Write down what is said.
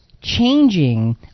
changing